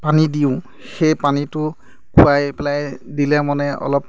পানী দিওঁ সেই পানীটো খুৱাই পেলাই দিলে মানে অলপ